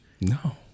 No